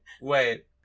Wait